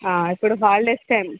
ఇప్పుడు holidays time